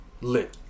lit